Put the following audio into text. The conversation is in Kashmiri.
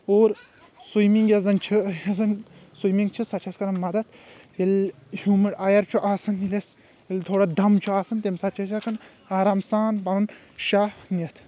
اور سُیمنٛگ یۄس زن چھِ یۄس زن سُیمنٛگ چھِ سۄ چھِ اسہِ کران مدد ییٚلہِ ہیوٗمڑ اَیر چھُ آسان ییٚلہِ تھوڑا دم چھُ آسان تمہِ ساتہِ چھِ أسۍ ہیٚکن آرام سان پنُن شاہ نِتھ